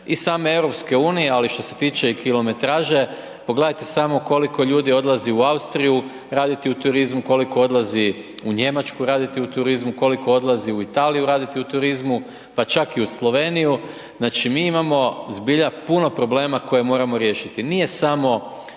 i same EU, ali što se tiče i kilometraže, pogledajte samo koliko ljudi odlazi u Austriju raditi u turizmu, koliko odlazi u Njemačku raditi u turizmu, koliko odlazi u Italiju raditi u turizmu, pa čak i u Sloveniju. Znači, mi imamo zbilja puno problema koje trebamo riješiti. Nije samo